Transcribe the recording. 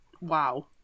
wow